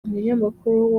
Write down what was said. umunyamakuru